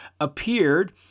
appeared